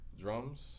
Drums